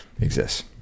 exists